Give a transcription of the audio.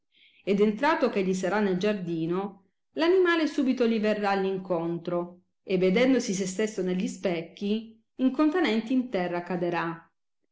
ed entrato eh egli sarà nel giardino l'animale subito gli verrà all incontro e vedendosi se stesso ne gli specchi incontanenti in terra caderà